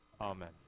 Amen